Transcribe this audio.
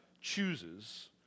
chooses